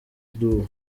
ndour